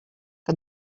que